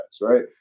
Right